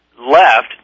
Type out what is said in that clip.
left